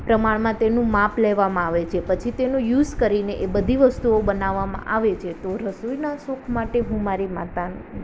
પ્રમાણમાં તેનું માપ લેવામાં આવે છે પછી તેનું યુસ કરીને એ બધી વસ્તુઓ બનાવવામાં આવે છે તો રસોઇના શોખ માટે હું મારી માતા